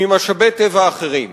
ממשאבי טבע אחרים.